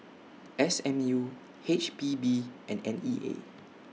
S M U H P B and N E A